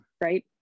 Right